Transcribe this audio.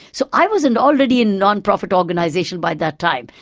so i was in, already in non-profit organisation by that time.